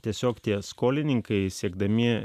tiesiog tie skolininkai siekdami